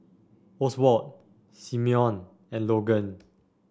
Oswald Simone and Logan